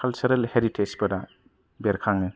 cultural heritage फोरा बेरखाङो